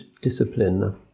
discipline